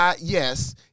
Yes